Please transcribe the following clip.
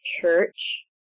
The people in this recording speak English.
church